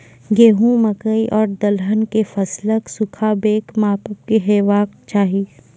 गेहूँ, मकई आर दलहन के फसलक सुखाबैक मापक की हेवाक चाही?